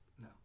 No